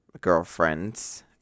girlfriends